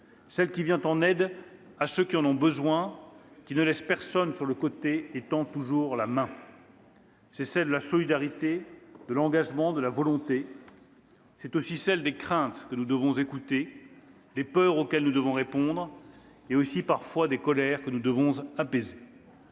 celle qui vient en aide à ceux qui en ont besoin, qui ne laisse personne sur le côté et tend toujours la main. « C'est celle de la solidarité, de l'engagement et de la volonté. C'est aussi celle des craintes que nous devons écouter, des peurs auxquelles nous devons répondre et, parfois, des colères que nous devons apaiser.